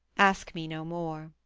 ask me no more.